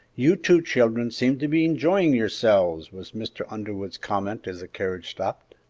you two children seem to be enjoying yourselves! was mr. underwood's comment as the carriage stopped.